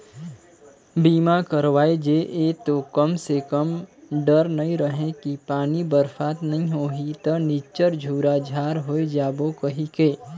बीमा करवाय जे ये तो कम से कम डर नइ रहें कि पानी बरसात नइ होही त निच्चर झूरा झार होय जाबो कहिके